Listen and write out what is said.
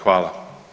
Hvala.